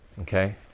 Okay